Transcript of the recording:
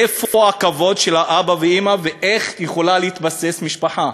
איפה הכבוד של האבא והאימא ואיך יכולה להתבסס משפחה?